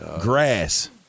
grass